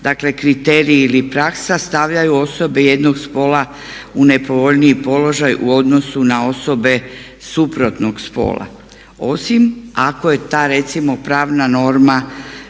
dakle kriterij ili praksa stavljaju osobe jednog spola u nepovoljniji položaj u odnosu na osobe suprotnog spola osim ako je ta recimo pravna norma,